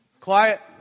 Quiet